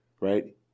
right